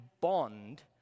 bond